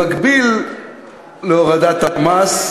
במקביל להורדת המס,